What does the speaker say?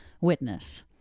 witness